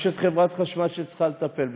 יש את חברת החשמל שצריכה לטפל בזה,